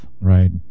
right